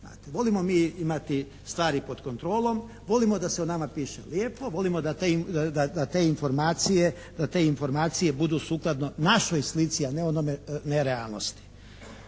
Volimo mi imati stvari pod kontrolom, volimo da se o nama piše lijepo, volimo da te informacije budu sukladno našoj slici, a ne onome nerealnosti.